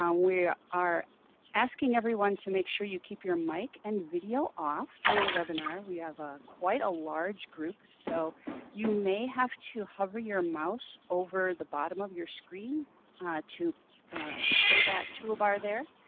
um we are asking everyone to make sure you keep your mic and video off during the webinar. we have ah quite a large group so you may have to hover your mouse over the bottom of your screen to show that toolbar there.